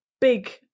big